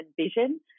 vision